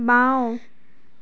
বাঁও